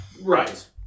right